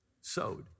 sowed